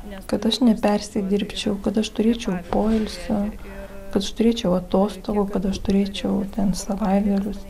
kad aš nepersidirbčiau kad aš turėčiau poilsio kad aš turėčiau atostogų kad aš turėčiau ten savaitgalius